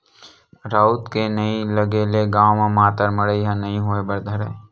राउत के नइ लगे ले गाँव म मातर मड़ई ह नइ होय बर धरय